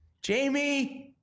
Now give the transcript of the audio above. Jamie